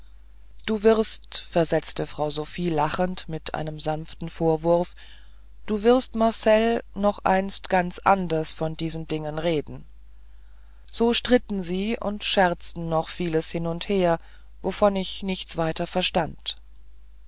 du wirst versetzte frau sophie lächelnd mit einem sanften vorwurf du wirst marcell noch einst ganz anders von diesen dingen reden so stritten sie und scherzten noch vieles hin und her wovon ich nichts weiter verstand